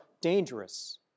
dangerous